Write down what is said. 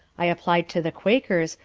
i applied to the quakers,